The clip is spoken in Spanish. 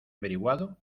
averiguado